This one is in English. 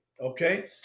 Okay